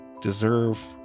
deserve